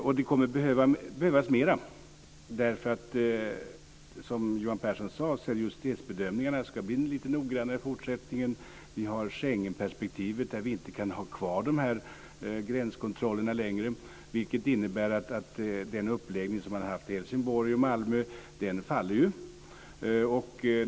Och det kommer att behövas mera, eftersom, som Johan Pehrson sade, seriositetsbedömningarna ska bli lite noggrannare i fortsättningen. I Schengenperspektivet kan vi inte ha kvar de här gränskontrollerna längre, vilket innebär att den uppläggning som man har haft i Helsingborg och Malmö faller.